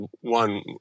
one